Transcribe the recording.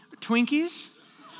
Twinkies